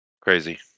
Crazy